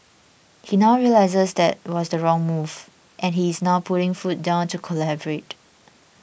he now realises that was the wrong move and he is now putting foot down to collaborate